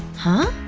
huh?